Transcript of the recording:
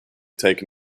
taken